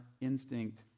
instinct